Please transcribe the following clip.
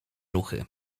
ruchy